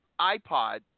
iPod